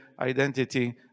identity